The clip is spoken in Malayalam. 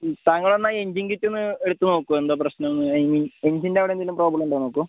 താങ്കളെന്നാൽ ആ എൻജിൻ കിറ്റൊന്ന് എടുത്ത് നോക്കുമോ എന്താ പ്രശ്നം എന്ന് ഐ മീൻ എഞ്ചിൻ്റെ അവിടെ എന്തെങ്കിലും പ്രോബ്ലമുണ്ടൊ നോക്കുമോ